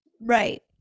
Right